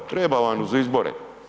Treba vam uz izbore.